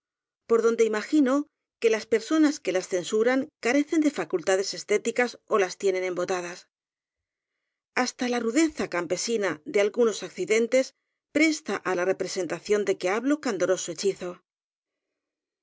por donde imagino que las personas que las censuran carecen de facultades esté ticas ó las tienen embotadas hasta la rudeza cam pesina de algunos accidentes presta á la represen tación de que hablo candoroso hechizo